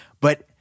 But-